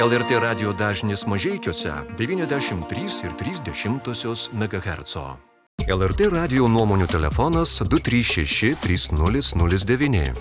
el er t radijo dažnis mažeikiuose devyniasdešim trys ir trys dešimtosios megaherco lrt radijo nuomonių telefonas du trys šeši trys nulis nulis devyni